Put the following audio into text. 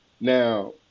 Now